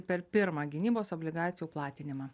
per pirmą gynybos obligacijų platinimą